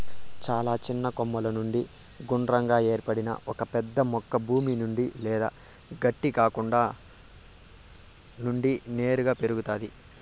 చాలా చిన్న కొమ్మల నుండి గుండ్రంగా ఏర్పడిన ఒక పెద్ద మొక్క భూమి నుండి లేదా గట్టి కాండం నుండి నేరుగా పెరుగుతాది